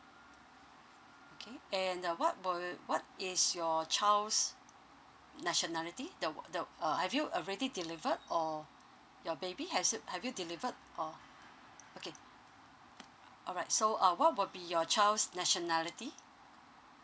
okay and uh what will what is your child's nationality the wa~ the uh have you already delivered or your baby has you have you delivered or okay alright so uh what will be your child's nationality